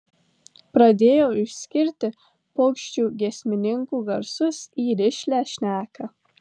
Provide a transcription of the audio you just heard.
pradėjo išskirti paukščių giesmininkų garsus į rišlią šneką